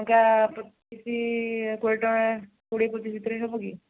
ଟଙ୍କା ପଚିଶି କୋଡ଼ିଏ ଟଙ୍କା କୋଡ଼ିଏ ପଚିଶ ଭିତରେ ହେବ କି